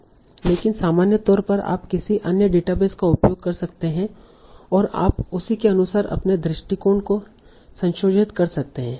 लेकिन सामान्य तौर पर आप किसी अन्य डेटाबेस का उपयोग कर सकते हैं और आप उसी के अनुसार अपने दृष्टिकोण को संशोधित कर सकते हैं